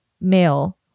male